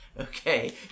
Okay